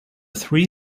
three